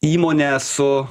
įmonę su